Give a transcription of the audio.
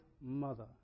mother